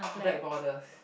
black borders